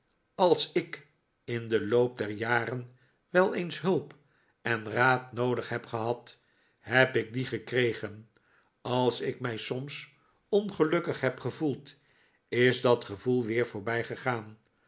als ik in den loop der jaren wel eens hulp en raad noodig heb gehad heb ik die gekregen als ik mij soms ongelukkig heb gevoeld is dat gevoel weer voorbijgegaan